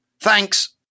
Thanks